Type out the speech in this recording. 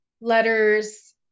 letters